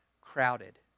crowded